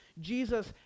Jesus